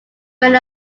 many